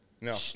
No